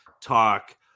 talk